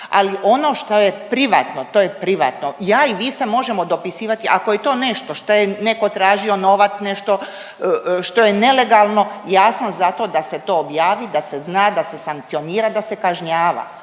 ali ono što je privatno, to je privatno. Ja i vi se možemo dopisivati, ako je to nešto što je neko tražio novac, nešto što je nelegalno ja sam za to da se to objavi, da se zna, da se sankcionira, da se kažnjava,